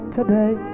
today